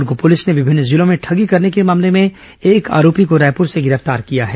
Durg police ने विभिन्न जिलों में ठगी करने के मामले में एक आरोपी को रायपुर से गिरफ्तार किया है